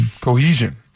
cohesion